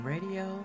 Radio